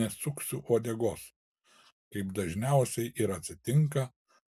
nesuksiu uodegos kaip dažniausiai ir atsitinka